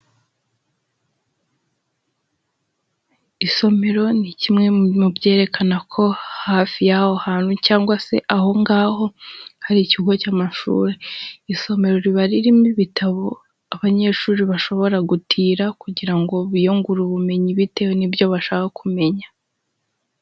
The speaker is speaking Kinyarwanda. Isomero ni kimwe mu byerekana ko hafi y'aho hantu cyangwa se aho ngaho hari ikigo cy'amashuri, isomero riba ririmo ibitabo abanyeshuri bashobora gutira kugira ngo biyungure ubumenyi bitewe n'ibyo bashaka kumenya.